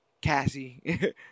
Cassie